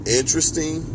interesting